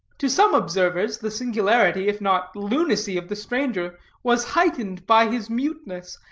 to some observers, the singularity, if not lunacy, of the stranger was heightened by his muteness,